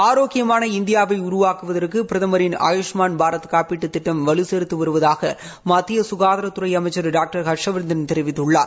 ஆரோக்கியமான இந்தியாவை உருவாக்குவதற்கு பிரதமரின் ஆயூஷமான் பாரத் காப்பீடு திட்டம் வலு சேர்த்து வருவதாக மத்திய சுகாதாரத்துறை அமைச்சர் டாக்டர் ஹர்ஷவர்தன் தெரிவித்துள்ளார்